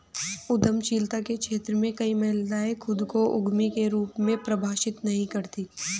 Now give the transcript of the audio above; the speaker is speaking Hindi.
उद्यमशीलता के क्षेत्र में कई महिलाएं खुद को उद्यमी के रूप में परिभाषित नहीं करती